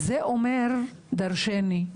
זה אומר דרשני.